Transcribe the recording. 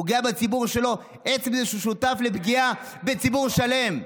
פוגע בציבור שלו בעצם זה שהוא שותף לפגיעה בציבור שלם.